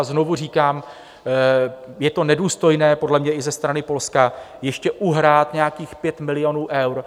Znovu říkám, je to nedůstojné podle mě i ze strany Polska ještě uhrát nějakých 5 milionů eur.